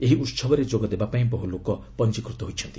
ଏହି ଉତ୍ସବରେ ଯୋଗ ଦେବାପାଇଁ ବହୁ ଲୋକ ପଞ୍ଜିକୃତ ହୋଇଛନ୍ତି